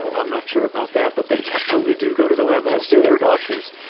so i'm not sure about that but they definitely do go to the web, as do their doctors.